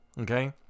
okay